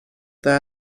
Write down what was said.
there